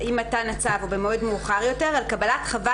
עם מתן הצו או במועד מאוחר יותר על קבלת חוות